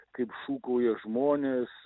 kaip šūkauja žmonės